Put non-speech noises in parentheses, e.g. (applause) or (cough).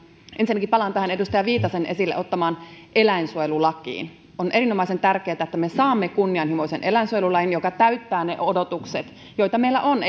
ensinnäkin palaan tähän edustaja viitasen esille ottamaan eläinsuojelulakiin on erinomaisen tärkeätä että me saamme kunnianhimoisen eläinsuojelulain joka täyttää ne odotukset joita meillä on (unintelligible)